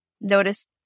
notice